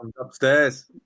upstairs